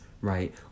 right